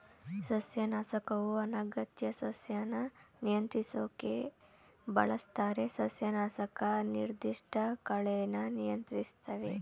ಸಸ್ಯನಾಶಕವು ಅನಗತ್ಯ ಸಸ್ಯನ ನಿಯಂತ್ರಿಸೋಕ್ ಬಳಸ್ತಾರೆ ಸಸ್ಯನಾಶಕ ನಿರ್ದಿಷ್ಟ ಕಳೆನ ನಿಯಂತ್ರಿಸ್ತವೆ